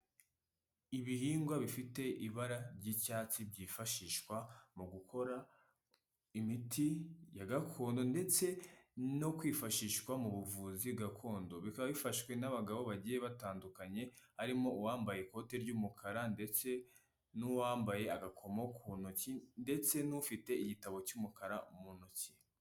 Ibihingwa bifite ibara ry'icyatsi, byifashishwa mu gukora imiti ya gakondo ndetse no kwifashishwa mu buvuzi gakondo, bikaba bifashwe n'abagabo bagiye batandukanye, harimo uwambaye ikote ry'umukara ndetse n'uwambaye agakomo ku ntoki ndetse n'ufite igitabo cy'umukara mu ntoki.